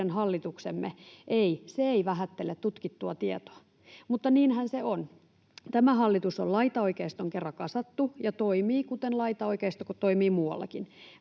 meidän hallituksemme vähättele tutkittua tietoa. Mutta niinhän se on, tämä hallitus on laitaoikeistoon kerran kasattu ja toimii, kuten laitaoikeisto, kun toimii muuallakin.